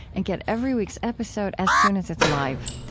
and get every week's episode as soon as it's live.